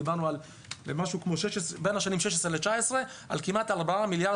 דיברנו בין השנים 2019-2016 על כמעט 4 מיליארד